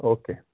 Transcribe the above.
okay